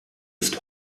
ist